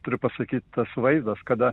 turiu pasakyti tas vaizdas kada